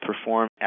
perform